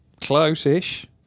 Close-ish